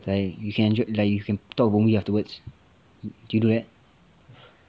like you can enjoy like you can talk the movie afterwards do you do that